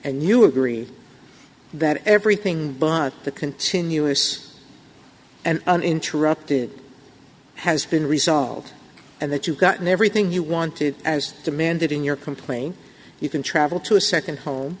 and you agree that everything by the continuous and uninterrupted has been resolved and that you've gotten everything you wanted as demanded in your complaint you can travel to a nd home